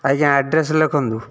ଆଜ୍ଞା ଆଡ଼୍ରେସ ଲେଖନ୍ତୁ